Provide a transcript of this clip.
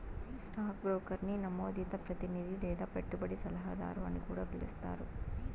stock బ్రోకర్ని నమోదిత ప్రతినిది లేదా పెట్టుబడి సలహాదారు అని కూడా పిలిస్తారు